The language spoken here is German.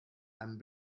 einem